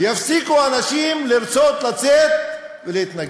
יפסיקו אנשים לרצות לצאת ולהתנגד.